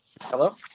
Hello